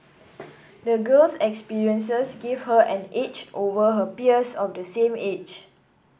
the girl's experiences gave her an edge over her peers of the same age